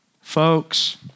Folks